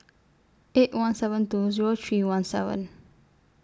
eight one seven two Zero three one seven